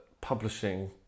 publishing